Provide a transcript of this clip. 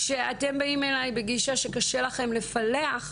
כשאתם באים אליי בגישה שקשה לכם לפלח,